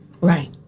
Right